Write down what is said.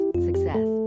Success